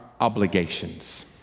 obligations